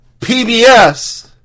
PBS